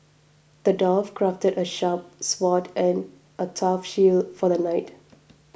the dwarf crafted a sharp sword and a tough shield for the knight